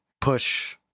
push